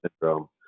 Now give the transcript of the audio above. syndrome